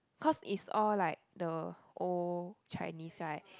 cause it's all like the old Chinese right